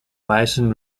bison